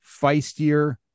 feistier